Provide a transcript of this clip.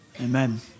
Amen